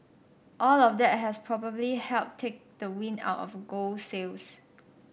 all of that has probably helped take the wind out of gold's sails